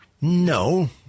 No